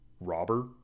robber